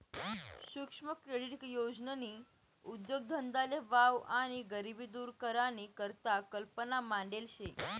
सुक्ष्म क्रेडीट योजननी उद्देगधंदाले वाव आणि गरिबी दूर करानी करता कल्पना मांडेल शे